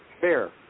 fair